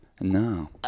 No